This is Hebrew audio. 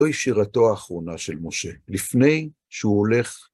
זו שירתו האחרונה של משה, לפני שהוא הולך...